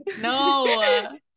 No